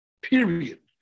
Period